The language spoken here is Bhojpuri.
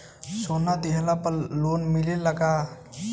सोना दिहला पर लोन मिलेला का?